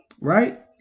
right